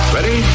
Ready